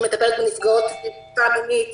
שמטפלת בנפגעות תקיפה מינית